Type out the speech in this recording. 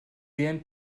während